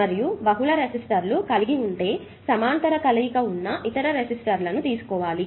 మరియు బహుళ రెసిస్టర్లు కలిగి ఉంటే సమాంతర కలయిక ఉన్న ఇతర రెసిస్టర్ల ను తీసుకోవాలి